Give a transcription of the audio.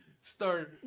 start